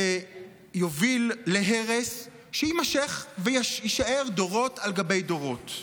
שיוביל להרס שיימשך ויישאר דורות על גבי דורות.